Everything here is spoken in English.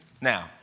Now